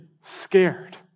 scared